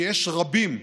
שיש רבים,